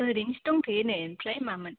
ओरैनोसो दंथ'यो नै ओमफ्राय मामोन